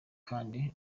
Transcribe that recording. kandi